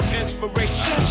inspiration